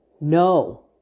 no